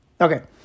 Okay